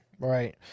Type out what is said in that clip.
Right